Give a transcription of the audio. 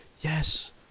yes